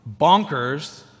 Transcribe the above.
bonkers